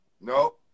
no